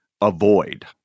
avoid